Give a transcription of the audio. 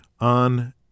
on